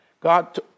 God